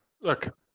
look